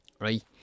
right